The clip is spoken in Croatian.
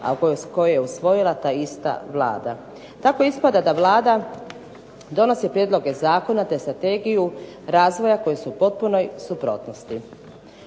koju je usvojila ta ista Vlada. Tako ispada da Vlada donosi prijedloge zakona te strategiju razvoja koje su u potpunoj suprotnosti